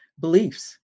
beliefs